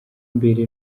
imbere